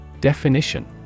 Definition